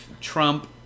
Trump